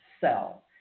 sell